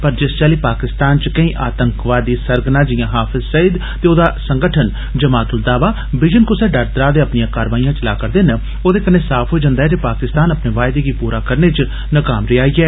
पर जिस चाल्ली पाकिस्तान च केई आतंकवादी सरगना जियां हाफिज़ सईद ते ओह्दा संगठन जमात उद दावा विजन कुसै डर त्राह दे अपनियां कार्यवाईयां चला'रदा ऐ ओहदे कन्नै साफ होई जंदा ऐ जे पाकिस्तान अपने वायदे गी पूरा करने च नाकाम रेहा ऐ